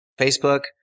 Facebook